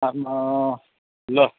तामा ल